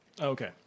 Okay